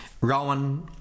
Rowan